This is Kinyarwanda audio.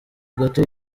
gato